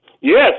Yes